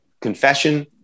confession